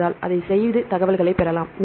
எனவே நாம் அதைச் செய்து தகவல்களைப் பெறலாம்